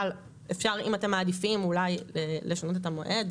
אבל אפשר אם אתם מעדיפים אולי לשנות את המועד,